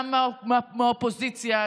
גם מהאופוזיציה,